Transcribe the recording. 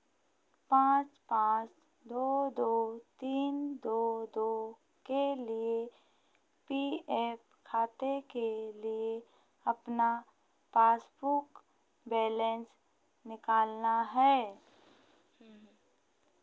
पाँच पाँच दो दो तीन दो दो के साथ पी एफ खाते के लिए अपना पासबुक बैलेंस निकालना है